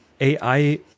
AI